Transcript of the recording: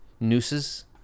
nooses